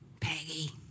Peggy